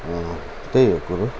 हो त्यही हो कुरो